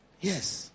Yes